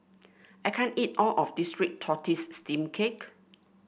I can't eat all of this Red Tortoise Steamed Cake